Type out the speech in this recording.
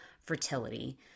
fertility